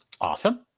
Awesome